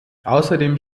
außerdem